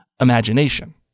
imagination